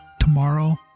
tomorrow